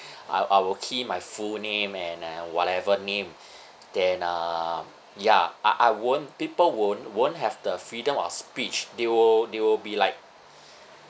I will I will key in my full name and uh whatever name then uh ya I I won't people won't won't have the freedom of speech they will they will be like